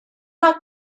not